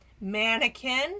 Mannequin